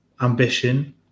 ambition